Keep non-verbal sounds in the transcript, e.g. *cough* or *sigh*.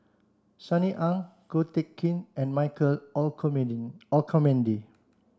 Sunny Ang Ko Teck Kin and Michael *unintelligible* Olcomendy